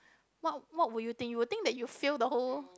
what what would you think you would think that you fail the whole